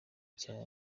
nshya